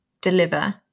deliver